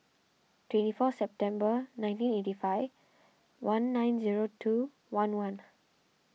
twenty four September nineteen eighty five one nine zero two one one